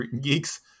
geeks